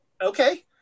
Okay